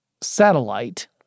satellite